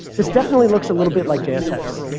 this definitely looks a little bit like jsx.